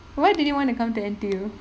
why did you want to come to N_T_U